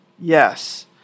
yes